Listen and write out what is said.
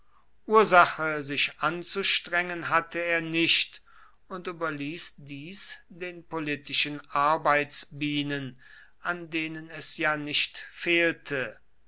ursache sich anzustrengen hatte er nicht und überließ dies den politischen arbeitsbienen an denen es ja nicht fehlte